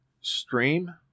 stream